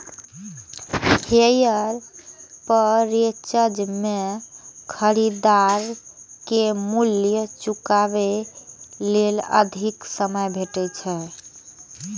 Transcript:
hire purchase मे खरीदार कें मूल्य चुकाबै लेल अधिक समय भेटै छै